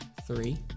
three